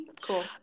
Cool